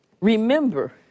Remember